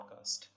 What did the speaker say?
podcast